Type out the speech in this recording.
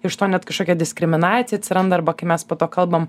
iš to net kažkokia diskriminacija atsiranda arba kai mes po to kalbam